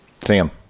Sam